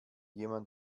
jemand